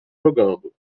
jogando